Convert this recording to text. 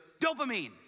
dopamine